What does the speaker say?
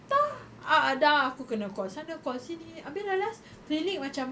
entah ah dah aku kena call sana call sini abeh last last clinic macam